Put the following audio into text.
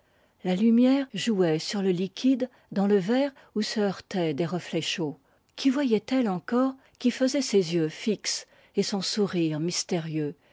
la lumière jouait sur le liquide dans le verre où se heurtaient des reflets chauds qu y voyait-elle encore qui faisait ses yeux fixes et son sourire mystérieux